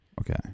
okay